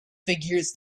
figures